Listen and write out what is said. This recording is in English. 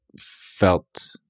felt